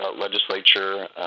legislature